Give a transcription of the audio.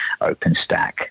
OpenStack